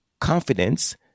confidence